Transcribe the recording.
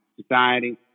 society